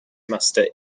master